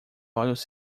olhos